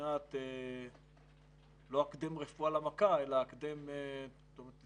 בבחינת הקדם רפואה למכה אלא הקדם תכנון